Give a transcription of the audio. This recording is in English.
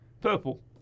Purple